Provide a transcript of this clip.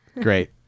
Great